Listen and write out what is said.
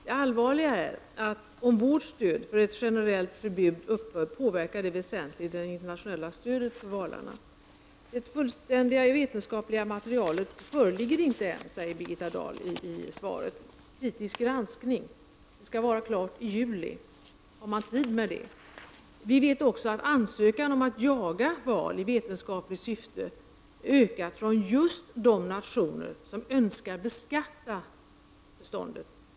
Det allvarliga är att om vårt stöd för ett generellt förbud upphör påverkar det väsentligt det internationella stödet för valarna. Det fullständiga vetenskapliga materialet föreligger inte än, säger Birgitta Dahli svaret. Det skall, när det väl föreligger, utsättas för kritisk granskning. Det skall vara klart i juli. Har man tid med det? Vi vet också att ansökningarna om att fånga val i vetenskapligt syfte ökat från just de nationer som önskar beskatta beståndet.